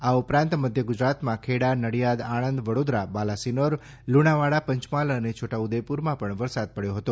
આ ઉપરાંત મધ્ય ગુજરાતમાં ખેડા નડીયાદ આણંદ વડોદરા બાલાસિનોર લુણાવાડા પંચમહાલ અને છોટાઉદેપુરમાં વરસાદ પડ્યો હતો